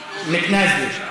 בס, יעני, מתנאזלה.